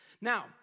Now